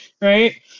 right